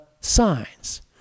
signs